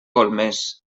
golmés